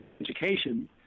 education